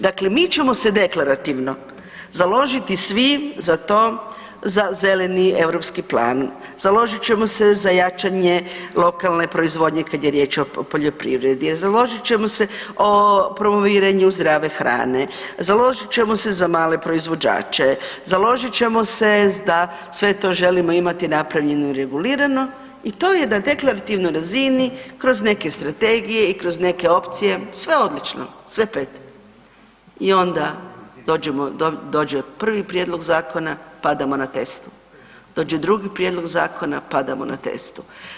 Dakle, mi ćemo se deklarativno založiti svi za to, za Zeleni europski plan, založit ćemo se za jačanje lokalne proizvodnje kad je riječ o poljoprivredi, založit ćemo se o promoviranju zdrave hrane, založit ćemo se za male proizvođače, založit ćemo se da sve to želimo imati napravljeno i regulirano i to je na deklarativnoj razini kroz neke strategije i kroz neke opcije sve odlično, sve 5. I onda dođemo, dođe prvi prijedlog zakona, padamo na testu, dođe na drugi prijedlog zakona, padamo na testu.